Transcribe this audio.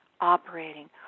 operating